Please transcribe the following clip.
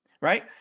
Right